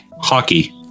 Hockey